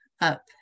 up